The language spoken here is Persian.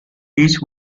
هیچ